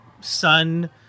son